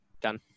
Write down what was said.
Done